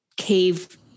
cave